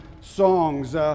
songs